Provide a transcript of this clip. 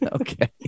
Okay